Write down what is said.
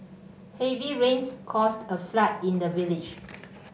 heavy rains caused a flood in the village